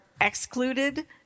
excluded